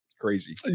Crazy